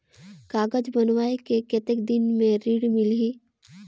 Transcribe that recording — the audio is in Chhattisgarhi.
कागज बनवाय के कतेक दिन मे ऋण मिलही?